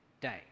day